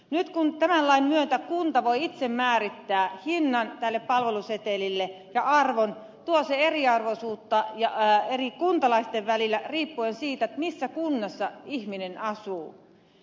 nyt kun tämän lain myötä kunta voi itse määrittää hinnan ja arvon tälle palvelusetelille tuo se eriarvoisuutta eri kuntalaisten välille riippuen siitä missä kunnassa ihminen asuu